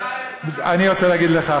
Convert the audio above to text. אני רוצה להגיד לך,